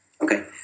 Okay